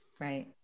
right